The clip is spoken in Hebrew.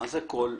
מה זה "כל"?